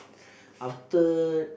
after